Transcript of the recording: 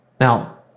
Now